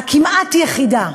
והכמעט-יחידה,